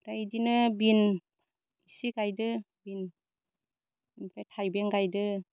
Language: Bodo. ओमफ्राय इदिनो बिन इसे गायदो बिन ओमफ्राय थाइबें गायदो